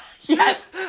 Yes